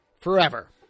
Forever